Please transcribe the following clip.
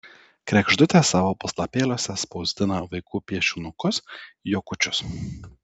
kregždutė savo puslapėliuose spausdina vaikų piešinukus juokučius